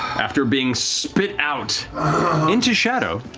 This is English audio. after being spit out into shadow,